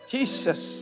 Jesus